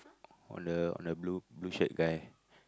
on the on the blue blue shirt guy